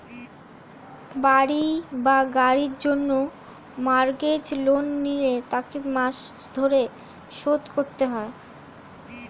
বাড়ি বা গাড়ির জন্য মর্গেজ লোন নিলে তাকে মাস ধরে শোধ করতে হয়